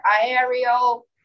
aerial